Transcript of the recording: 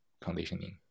conditioning